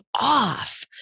off